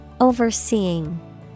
Overseeing